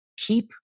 Keep